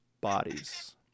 bodies